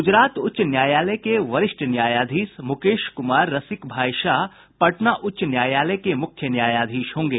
गुजरात उच्च न्यायालय के वरिष्ठ न्यायाधीश मुकेश कुमार रसिक भाई शाह पटना उच्च न्यायालय के मुख्य न्यायाधीश होंगे